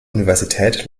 universität